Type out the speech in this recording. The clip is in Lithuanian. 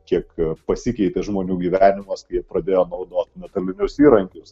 kiek pasikeitė žmonių gyvenimas kai pradėjo naudoti metalinius įrankius